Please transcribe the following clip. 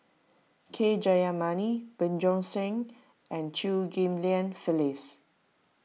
K Jayamani Bjorn Shen and Chew Ghim Lian Phyllis